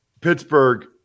Pittsburgh